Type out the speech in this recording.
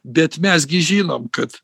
bet mes gi žinom kad